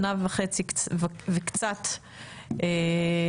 שנה וקצת אחרי,